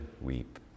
weep